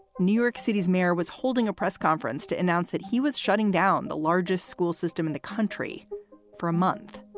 new york city's mayor was holding a press conference to announce that he was shutting down the largest school system in the country for a month.